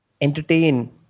entertain